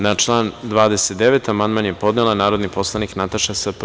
Na član 29. amandman je podnela narodni poslanik Nataša Sp.